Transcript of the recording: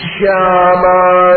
Shama